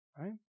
right